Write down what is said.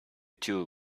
two